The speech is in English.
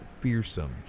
fearsome